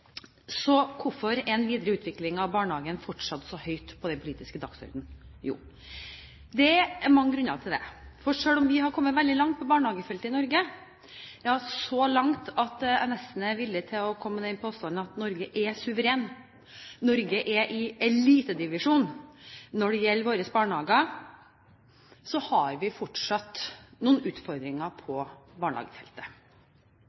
så hvorfor er en videre utvikling av barnehagen fortsatt så høyt på den politiske dagsordenen? Jo, det er mange grunner til det. For selv om vi har kommet veldig langt på barnehagefeltet i Norge – ja, så langt at jeg nesten er villig til å komme med den påstanden at Norge er suveren, Norge er i elitedivisjon når det gjelder våre barnehager – har vi fortsatt noen utfordringer